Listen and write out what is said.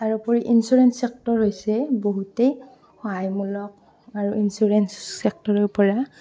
তাৰোপৰি insurance sector হৈছে বহুতেই সহায়মূলক আৰু ইঞ্চোৰেন্স চেক্টৰৰ পৰা